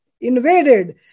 invaded